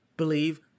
Believe